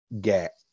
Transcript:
get